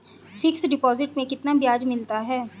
Fix deposit में कितना ब्याज मिलता है?